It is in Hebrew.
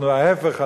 ההיפך,